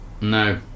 no